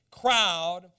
crowd